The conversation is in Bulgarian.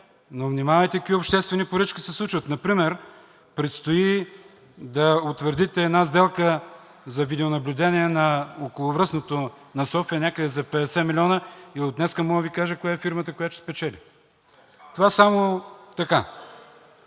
но внимавайте какви обществени поръчки се случват. Например предстои да утвърдите една сделка за видеонаблюдение на околовръстното на София някъде за 50 милиона, и от днес мога да Ви кажа коя е фирмата, която ще спечели. Това само така.